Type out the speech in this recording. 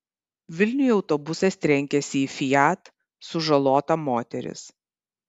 vilniuje autobusas trenkėsi į fiat sužalota moteris